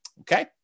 Okay